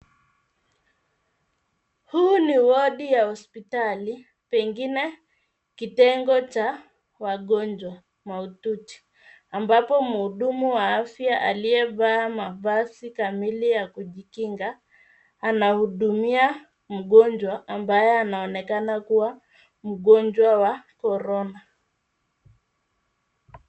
Huu ni wodi ya hospitali, pengine kitengo cha wagonjwa mahututi, ambapo mhudumu wa afya aliyevaa mavazi kamili ya kujikinga. Anahudumia mgonjwa, ambaye anaonekana kuwa mgonjwa wa Corona.